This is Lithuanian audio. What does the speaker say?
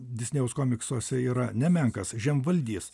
disnėjaus komiksuose yra nemenkas žemvaldys